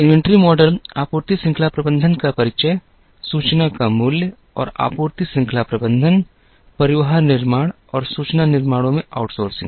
inventory model आपूर्ति श्रृंखला प्रबंधन का परिचय सूचना का मूल्य और आपूर्ति श्रृंखला प्रबंधन परिवहन निर्णय और सूचना निर्णयों में आउटसोर्सिंग